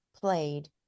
played